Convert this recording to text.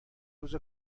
روز